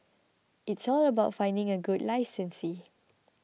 it's all about finding a good licensee